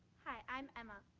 hi, i'm emma.